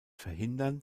verhindern